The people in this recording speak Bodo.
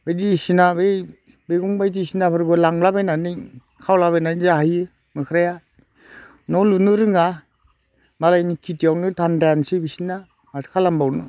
बायदिसिना बै मैगं बायदिसिनाफोरखौ लांलाबायनानै खावलाबायनानै जाहैयो मोख्राया न' लुनो रोङा मालायनि खिथियानो धान्दायानोसै बिसिना माथो खालामबावनो